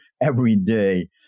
everyday